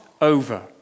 over